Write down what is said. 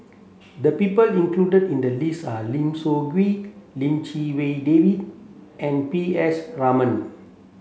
the people included in the list are Lim Soo Ngee Lim Chee Wai David and P S Raman